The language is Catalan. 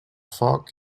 foc